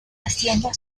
hacienda